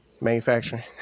manufacturing